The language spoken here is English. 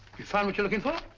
you find what you're looking for?